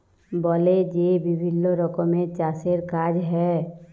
বলে যে বিভিল্ল্য রকমের চাষের কাজ হ্যয়